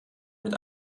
mit